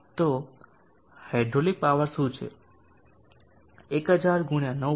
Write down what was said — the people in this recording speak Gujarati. તો હાઇડ્રોલિક પાવર શું છે 1000 × 9